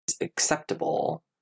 acceptable